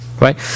right